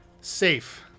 safe